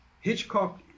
Hitchcock